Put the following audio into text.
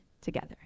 together